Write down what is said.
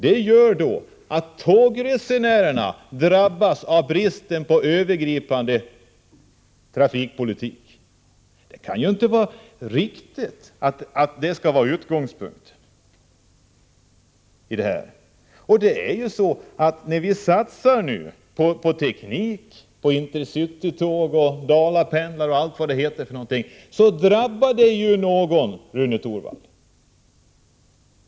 Det gör att tågresenärerna drabbas av bristen på övergripande trafikpolitik. Det kan inte vara riktigt att det skall vara utgångspunkten! När vi satsar på teknik, på Intercity-tåg, Dalapendlar och allt vad det heter, drabbar det någon, Rune Torwald.